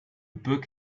book